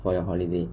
for your holiday